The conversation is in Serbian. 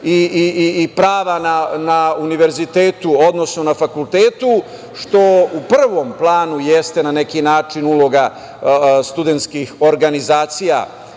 i prava na univerzitetu, odnosno na fakultetu, što u prvom planu jeste na neki način uloga studentskih organizacija,